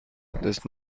does